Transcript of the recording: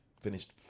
finished